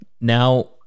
now